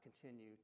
continue